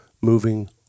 moving